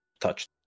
touched